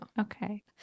Okay